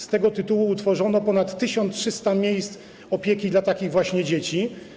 Z tego tytułu utworzono ponad 1300 miejsc opieki dla takich właśnie dzieci.